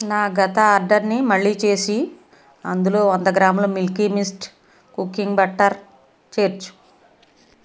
నా గత ఆర్డర్ని మళ్ళీ చేసి అందులో వంద గ్రాముల మిల్కీ మిస్ట్ కుకింగ్ బటర్ చేర్చు